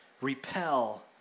repel